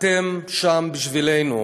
אתם שם בשבילנו,